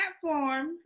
platform